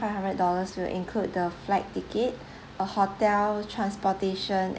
five hundred dollars will include the flight ticket a hotel transportation